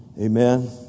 Amen